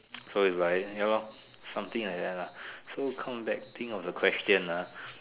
so it's like ya lor something like that lah so come back think of the question ah